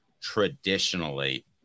traditionally